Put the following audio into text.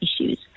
issues